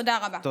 תודה רבה.